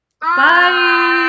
bye